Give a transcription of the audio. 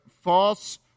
false